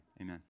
Amen